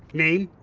name?